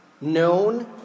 known